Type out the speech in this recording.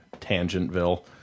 Tangentville